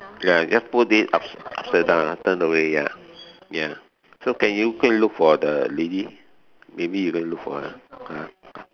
ya just put it ups~ upside down lah turn away ya ya so can you go and look for the lady maybe you go and look for her